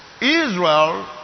Israel